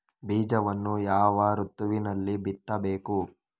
ಬೀಜವನ್ನು ಯಾವ ಋತುವಿನಲ್ಲಿ ಬಿತ್ತಬೇಕು?